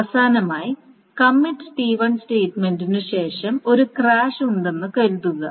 അവസാനമായി commit T1 സ്റ്റേറ്റ്മെൻറിനു ശേഷം ഒരു ക്രാഷ് ഉണ്ടെന്ന് കരുതുക